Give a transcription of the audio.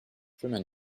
chemin